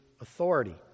authority